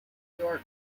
york